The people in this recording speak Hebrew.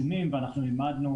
וזו המטרה של המדינה,